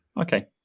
Okay